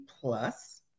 plus